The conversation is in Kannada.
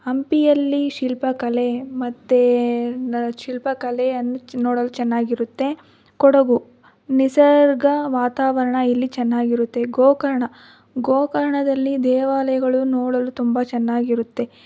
ಹಂಪಿಯಲ್ಲಿ ಶಿಲ್ಪಕಲೆ ಮತ್ತು ನ್ ಶಿಲ್ಪಕಲೆಯನ್ನ ನೋಡಲು ಚೆನ್ನಾಗಿರುತ್ತೆ ಕೊಡಗು ನಿಸರ್ಗ ವಾತಾವರಣ ಇಲ್ಲಿ ಚೆನ್ನಾಗಿರುತ್ತೆ ಗೋಕರ್ಣ ಗೋಕರ್ಣದಲ್ಲಿ ದೇವಾಲಯಗಳು ನೋಡಲು ತುಂಬ ಚೆನ್ನಾಗಿರುತ್ತೆ